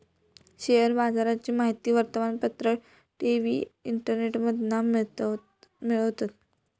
share बाजाराची माहिती वर्तमानपत्र, टी.वी, इंटरनेटमधना मिळवतत